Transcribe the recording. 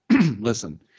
listen